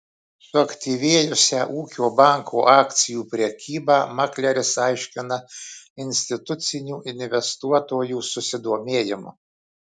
suaktyvėjusią ūkio banko akcijų prekybą makleris aiškina institucinių investuotojų susidomėjimu